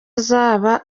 azaba